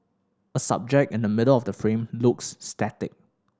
a subject in the middle of the frame looks static